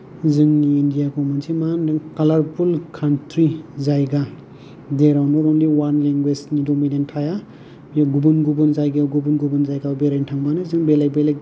जोंनि इण्डियाखौ मोनसे मा होनदों कालारफुल काउन्त्रि जायगा जेराव नत अनलि वान लेंगुवेज नि दमिनेन्त थाया बेयाव गुबुन गुबुन जायगायाव गुबुन गुबुन जायगायाव बेरायनो थांबानो जों बेलेग बेलेग